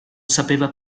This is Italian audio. sapeva